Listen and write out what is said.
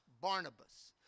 Barnabas